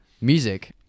music